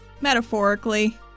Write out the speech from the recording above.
Metaphorically